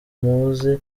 muzi